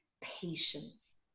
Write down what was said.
patience